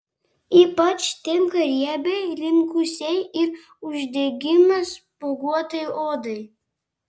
ypač tinka riebiai linkusiai į uždegimą spuoguotai odai